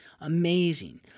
Amazing